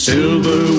Silver